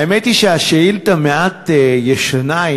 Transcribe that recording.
האמת היא שהשאילתה מעט ישנה,